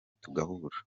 tugahura